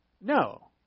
No